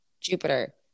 Jupiter